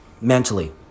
mentally